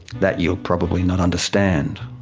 that you'll probably not understand.